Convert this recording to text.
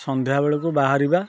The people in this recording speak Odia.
ସନ୍ଧ୍ୟା ବେଳକୁ ବାହାରିବା